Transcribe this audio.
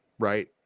Right